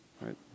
right